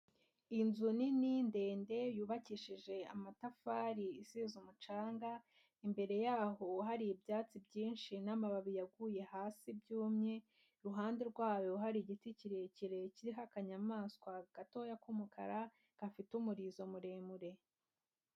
Inzu nini ndende yubakishije amatafari isize umucanga, imbere yaho hari ibyatsi byinshi n'amababi yaguye hasi byumye, iruhande rwayo hari igiti kirekire kiriho akanyamaswa gatoya k'umukara gafite umurizo muremure.